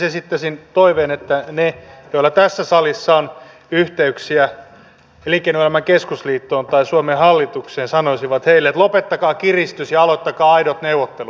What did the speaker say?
esittäisin toiveen että ne joilla tässä salissa on yhteyksiä elinkeinoelämän keskusliittoon tai suomen hallitukseen sanoisivat näille että lopettakaa kiristys ja aloittakaa aidot neuvottelut